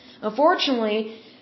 Unfortunately